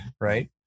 Right